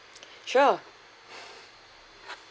sure